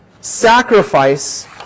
sacrifice